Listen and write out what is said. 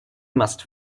must